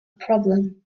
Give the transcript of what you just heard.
problem